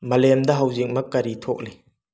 ꯃꯥꯂꯦꯝꯗ ꯍꯧꯖꯤꯛꯃꯛ ꯀꯔꯤ ꯊꯣꯛꯂꯤ